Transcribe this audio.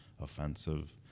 offensive